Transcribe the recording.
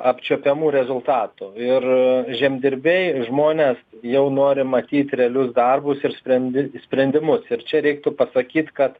apčiuopiamų rezultatų ir žemdirbiai žmonės jau nori matyt realius darbus ir sprendi sprendimus ir čia reiktų pasakyt kad